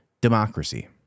democracy